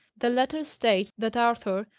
the letter states that arthur,